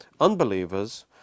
unbelievers